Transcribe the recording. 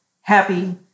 happy